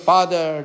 Father